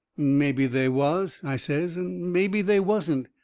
mebby they was, i says, and mebby they wasn't.